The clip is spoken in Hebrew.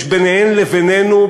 יש בינן לבינינו,